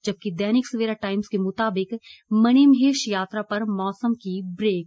जबकि दैनिक सवेरा टाइम्स के मुताबिक मणिमहेश यात्रा पर मौसम की ब्रेक